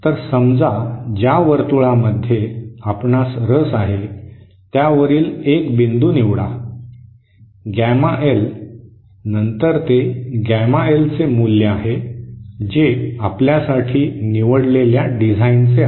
तर समजा ज्या वर्तुळामध्ये आपणास रस आहे त्यावरील एक बिंदू निवडा गॅमा एल नंतर ते गॅमा एलचे मूल्य आहे जे आपल्यासाठी निवडलेल्या डिझाइनचे आहे